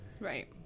Right